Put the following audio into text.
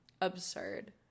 Absurd